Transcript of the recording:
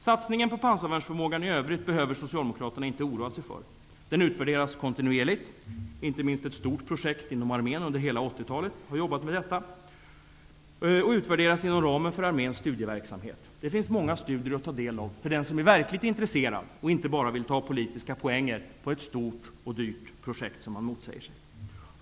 Satsningen på pansarvärnsförmågan i övrigt behöver Socialdemokraterna inte oroa sig för. Den utvärderas kontinuerligt. Det har inte minst under hela 80-talet pågått ett stort projekt inom armén, vilket utvärderas inom ramen för arméns studieverksamhet. Det finns många studier att ta del av för den som är verkligt intresserad och inte bara vill ta politiska poäng på att motsätta sig ett stort och dyrt projekt.